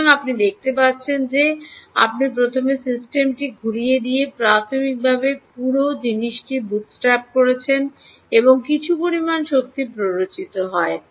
সুতরাং আপনি দেখতে পাচ্ছেন যে আপনি প্রথমে সিস্টেমটি ঘুরিয়ে দিয়ে প্রাথমিকভাবে পুরো জিনিসটি বুটস্ট্র্যাপ করছেন এবং কিছু পরিমাণ শক্তি প্ররোচিত হয়